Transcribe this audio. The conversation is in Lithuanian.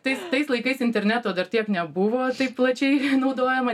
tais tais laikais interneto dar tiek nebuvo taip plačiai naudojama